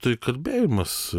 tai kalbėjimas